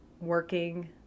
working